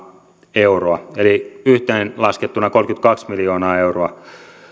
euroa eli yhteenlaskettuna kolmekymmentäkaksi miljoonaa euroa